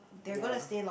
ya